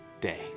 day